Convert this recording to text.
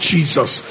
Jesus